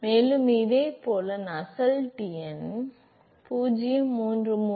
மேலும் இதேபோல் நஸ்ஸெல்ட் எண் உள்ளூர் நுசெல்ட் எண் 0